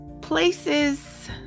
Places